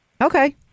Okay